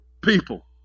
people